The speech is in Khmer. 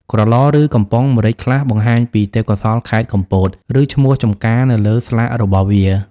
ក្រឡ ឬ កំប៉ុងម្រេចខ្លះបង្ហាញពីទេសភាពខេត្តកំពត ឬ ឈ្មោះចម្ការនៅលើស្លាករបស់វា។